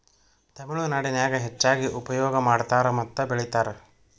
ತಮಿಳನಾಡಿನ್ಯಾಗ ಹೆಚ್ಚಾಗಿ ಉಪಯೋಗ ಮಾಡತಾರ ಮತ್ತ ಬೆಳಿತಾರ